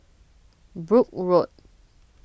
Brooke Road